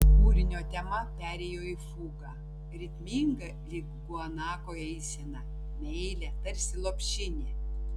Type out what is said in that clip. kūrinio tema perėjo į fugą ritmingą lyg guanako eisena meilią tarsi lopšinė